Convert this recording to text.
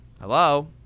Hello